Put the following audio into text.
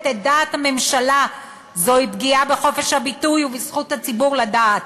את דעת הממשלה זו פגיעה בחופש הביטוי ובזכות הציבור לדעת,